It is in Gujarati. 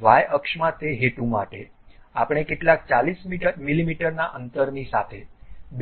વાય અક્ષમાં તે હેતુ માટે અમે કેટલાક 40 મીમીના અંતરની સાથે